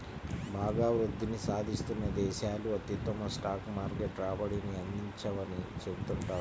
బాగా వృద్ధిని సాధిస్తున్న దేశాలు అత్యుత్తమ స్టాక్ మార్కెట్ రాబడిని అందించవని చెబుతుంటారు